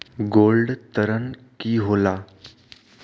Gold ऋण की होला?